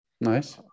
Nice